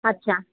अच्छा